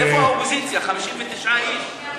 איפה האופוזיציה, 59 איש?